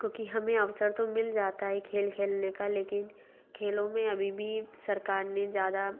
क्योंकि हमें अवसर तो मिल जाता है खेल खेलने का लेकिन खेलों में अभी भी सरकार ने ज़्यादा